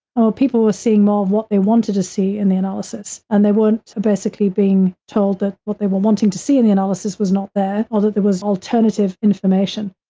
people were seeing more of what they wanted to see in the analysis. and they weren't basically being told that what they were wanting to see in the analysis was not there, or that there was alternative information.